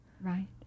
Right